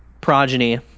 progeny